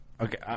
okay